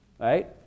right